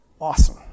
Awesome